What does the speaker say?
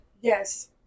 Yes